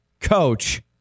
coach